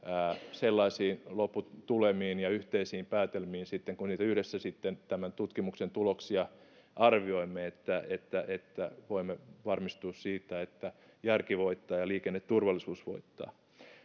sellaisiin lopputulemiin ja yhteisiin päätelmiin sitten kun tämän tutkimuksen tuloksia yhdessä arvioimme että että voimme varmistua siitä että järki voittaa ja liikenneturvallisuus voittaa